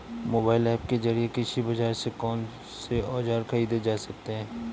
Mobile app के जरिए कृषि बाजार से कौन से औजार ख़रीदे जा सकते हैं?